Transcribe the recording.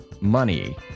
money